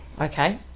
okay